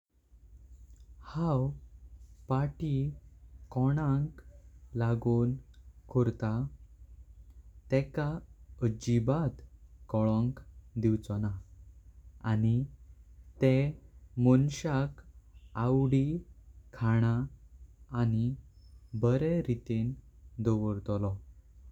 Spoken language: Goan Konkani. हांव पार्टी कोणाक लावोव कोरता। तेका अजिबात कलंक दिवचोना आणि त्या माणसाक आवडी खाणा आणि बरेम रिटें दवर्तोलो।